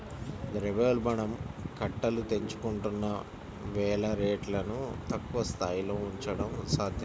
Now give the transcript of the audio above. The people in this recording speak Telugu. ద్రవ్యోల్బణం కట్టలు తెంచుకుంటున్న వేళ రేట్లను తక్కువ స్థాయిలో ఉంచడం అసాధ్యం